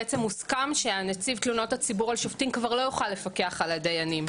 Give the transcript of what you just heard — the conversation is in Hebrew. בעצם הוסכם שהנציב תלונות הציבור על ציבור כבר לא יוכל לפקח על הדינים.